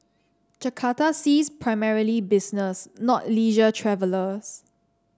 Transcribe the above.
Jakarta sees primarily business not leisure travellers